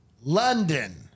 London